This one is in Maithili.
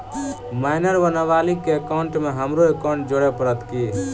माइनर वा नबालिग केँ एकाउंटमे हमरो एकाउन्ट जोड़य पड़त की?